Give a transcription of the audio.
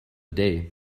day